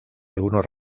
algunos